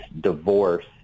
divorce